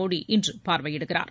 மோடி இன்று பார்வையிடுகிறார்